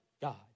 God